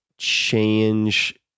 change